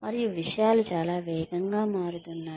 మరియు విషయాలు చాలా వేగంగా మారుతున్నాయి